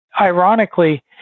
ironically